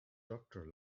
doctor